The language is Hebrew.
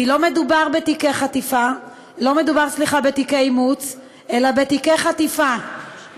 כי לא מדובר בתיקי אימוץ אלא בתיקי חטיפה,